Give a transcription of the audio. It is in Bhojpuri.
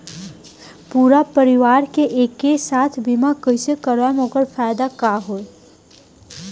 पूरा परिवार के एके साथे बीमा कईसे करवाएम और ओकर का फायदा होई?